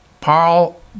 Paul